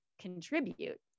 contribute